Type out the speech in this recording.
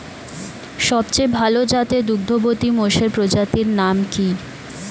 সবচেয়ে ভাল জাতের দুগ্ধবতী মোষের প্রজাতির নাম কি?